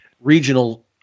regional